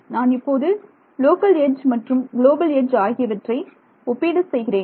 நான் இப்போது local edge மற்றும் குளோபல் எட்ஜ் ஆகியவற்றை ஒப்பீடு செய்கிறேன்